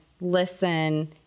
listen